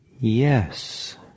Yes